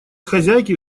хозяйки